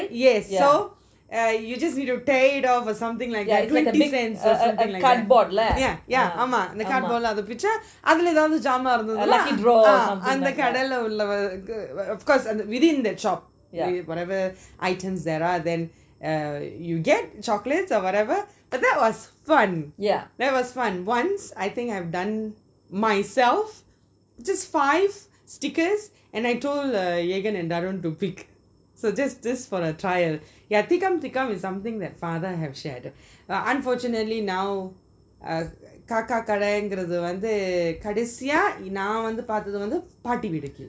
yes so uh you just need to tear it off or something like that it is like a defence yeah yeah ஆமா:ama a cardboard lah ஏத்த பிச்சை:eatha picha of course within that shop whatever items there are then uh you get chocolates or whatever that was fun that was fun once I think I've done myself just five stickers and I told uh jegan and danuel to pick so just for the trial yeah tikam tikam is something that father have shared unfortunately now uh kaka கடை றது வந்து கடைசியா நான் வந்து பாத்தது வந்து பாடி வீடு கீழ:kada rathu vanthu kadaisiya naan vanthu paathathu vanthu paati veedu keela